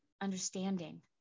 understanding